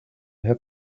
her